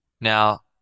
Now